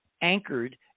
anchored